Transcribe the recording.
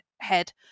head